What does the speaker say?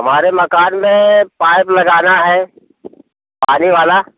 हमारे मकान में पाइप लगाना है पानी वाला